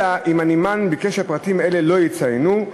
אלא אם הנמען ביקש שפרטים אלה לא יצוינו,